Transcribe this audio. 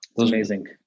amazing